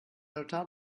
notar